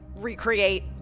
recreate